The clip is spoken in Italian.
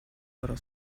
loro